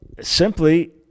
simply